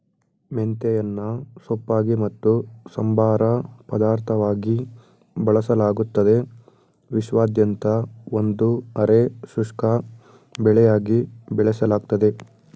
ಮೆಂತೆಯನ್ನು ಸೊಪ್ಪಾಗಿ ಮತ್ತು ಸಂಬಾರ ಪದಾರ್ಥವಾಗಿ ಬಳಸಲಾಗ್ತದೆ ವಿಶ್ವಾದ್ಯಂತ ಒಂದು ಅರೆ ಶುಷ್ಕ ಬೆಳೆಯಾಗಿ ಬೆಳೆಸಲಾಗ್ತದೆ